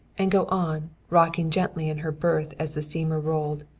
and go on, rocking gently in her berth as the steamer rolled,